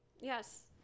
Yes